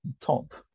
top